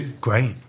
Great